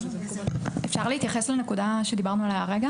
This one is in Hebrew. אפשר להתייחס לנקודה עליה דיברנו עכשיו?